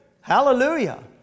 Hallelujah